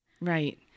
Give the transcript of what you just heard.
Right